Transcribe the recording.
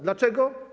Dlaczego?